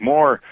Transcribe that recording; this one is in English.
more